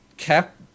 Cap